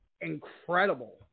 incredible